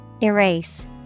Erase